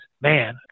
man